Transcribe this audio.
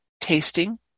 tasting